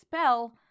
spell